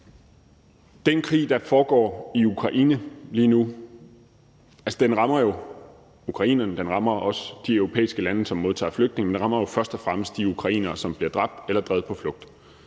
Den krig, der foregår i Ukraine lige nu, rammer ukrainerne, og den rammer også de europæiske lande, som modtager flygtninge. Den rammer jo først og fremmest de ukrainere, som bliver dræbt eller drevet på flugt,